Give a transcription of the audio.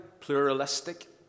pluralistic